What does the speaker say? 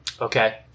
Okay